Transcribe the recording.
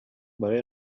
برای